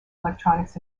electronics